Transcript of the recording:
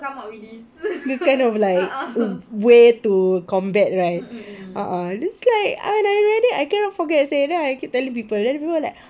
this kind of like way to combat right uh uh it's like I read it I cannot forget seh then I keep telling people then people like